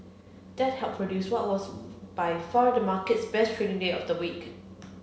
that helped produce what was by far the market's best trading day of the week